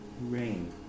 rain